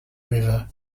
river